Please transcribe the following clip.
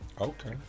okay